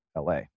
LA